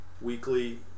weekly